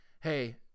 hey